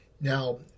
Now